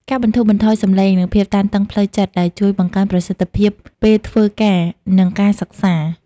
ការបន្ទូរបន្ថយសម្លេង និងភាពតានតឹងផ្លូវចិត្ត ដែលជួយបង្កើនប្រសិទ្ធភាពពេលធ្វើការណ៍ និងការសិក្សា។